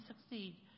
succeed